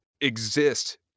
exist